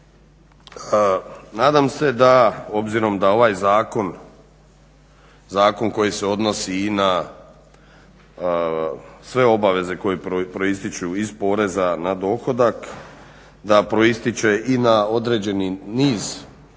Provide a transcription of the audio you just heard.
Nadam se da obzirom da ovaj zakon koji se odnosi i na sve obaveze koje proističu iz poreza na dohodak da proističe i na određeni niz